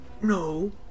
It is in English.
No